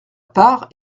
part